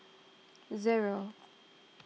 zero